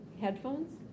headphones